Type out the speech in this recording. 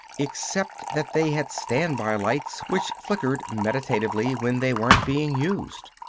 except that they had standby lights which flickered meditatively when they weren't being used.